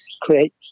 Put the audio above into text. create